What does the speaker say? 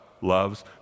loves